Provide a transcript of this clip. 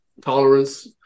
tolerance